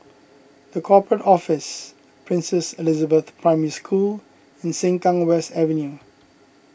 the Corporate Office Princess Elizabeth Primary School and Sengkang West Avenue